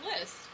list